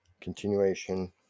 Continuation